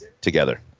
together